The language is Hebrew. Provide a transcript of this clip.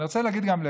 אני רוצה להגיד גם,